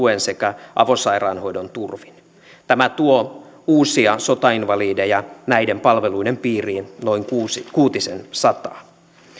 tuen sekä avosairaanhoidon turvin tämä tuo uusia sotainvalideja näiden palveluiden piiriin kuutisensataa